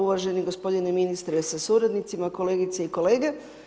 Uvaženi gospodine ministre sa suradnicima, kolegice i kolege.